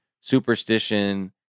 superstition